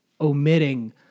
omitting